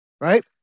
right